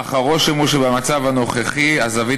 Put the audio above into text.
אך הרושם הוא שבמצב הנוכחי הזווית